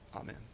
Amen